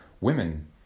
women